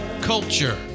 culture